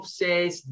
says